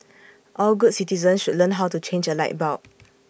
all good citizens should learn how to change A light bulb